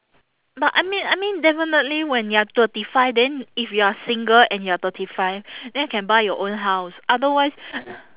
but I mean I mean definitely when you are thirty five then if you are single and you are thirty five then can buy your own house otherwise